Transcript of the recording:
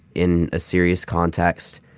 in a serious context,